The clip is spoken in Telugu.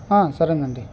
సరేనండి